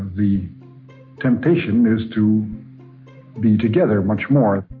the temptation is to be together much more.